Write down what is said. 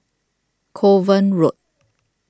Kovan Road